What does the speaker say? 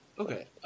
Okay